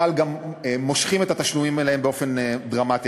אבל גם מושכים את התשלומים להם באופן דרמטי.